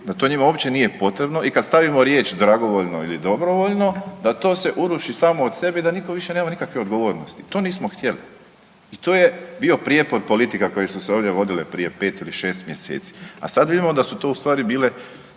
da to njima uopće nije potrebno. I kad stavimo riječ dragovoljno ili dobrovoljno da to se uruši samo od sebe i da nitko više nema nikakve odgovornosti. To nismo htjeli. To je bio prijepor politika koje su se ovdje vodile prije pet ili šest mjeseci. A sad vidimo da su to u stvari bile